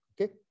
okay